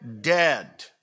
dead